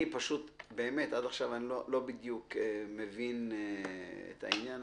עד עכשיו אני לא בדיוק מבין את העניין.